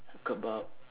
kebab